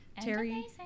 Terry